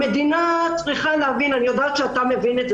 המדינה צריכה להבין אני יודעת שאתה מבין את זה,